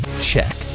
check